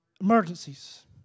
emergencies